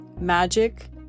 magic